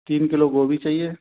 तीन किलो गोभी चाहिए